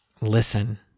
listen